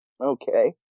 Okay